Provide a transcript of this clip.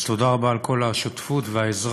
אז תודה רבה על כל השותפות והעזרה,